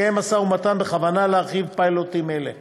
מתקיים משא-ומתן בכוונה להרחיב פיילוטים אלה.